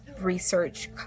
Research